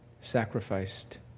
sacrificed